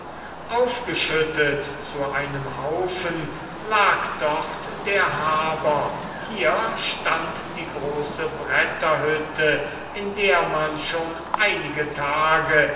aufgeschüttet zu einem haufen lag dort der haber hier stand die große bretterhütte in der man schon einige tage